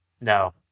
No